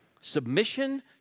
Submission